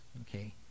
okay